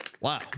Wow